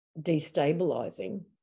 Destabilizing